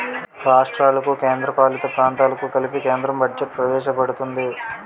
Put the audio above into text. రాష్ట్రాలకు కేంద్రపాలిత ప్రాంతాలకు కలిపి కేంద్రం బడ్జెట్ ప్రవేశపెడుతుంది